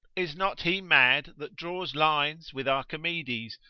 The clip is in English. is not he mad that draws lines with archimedes,